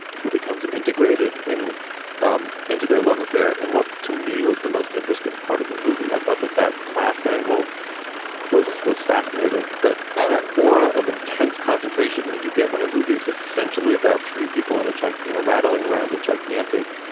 who becomes integrated in um into their love affair. and what to me was the most interesting part of the movie. i thought that that class angle was was fascinating. but that aura of intense concentration that you get when a movie is essentially about three people in a jar, you know, rattling around a gigantic,